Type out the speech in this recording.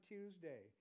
Tuesday